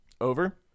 over